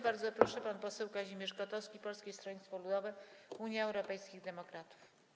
Bardzo proszę, pan poseł Kazimierz Kotowski, Polskie Stronnictwo Ludowe - Unia Europejskich Demokratów.